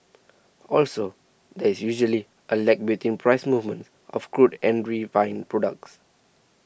also there is usually a lag between price movements of crude and refined products